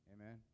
Amen